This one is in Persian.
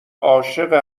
عاشق